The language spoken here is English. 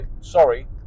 Sorry